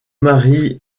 marie